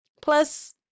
Plus